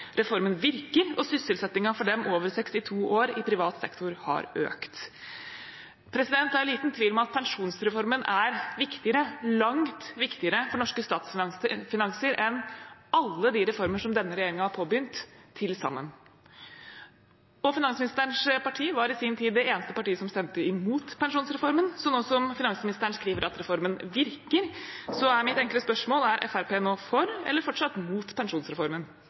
Reformen virker, og sysselsettingen for dem over 62 år i privat sektor har økt.» Det er liten tvil om at pensjonsreformen er viktigere – langt viktigere – for norske statsfinanser enn alle de reformer som denne regjeringen har påbegynt, til sammen. Finansministerens parti var i sin tid det eneste partiet som stemte imot pensjonsreformen, så nå som finansministeren skriver at reformen virker, er mitt enkle spørsmål: Er Fremskrittspartiet nå for eller fortsatt mot pensjonsreformen?